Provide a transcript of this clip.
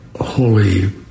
holy